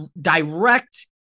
direct